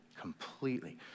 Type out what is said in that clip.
completely